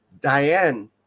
Diane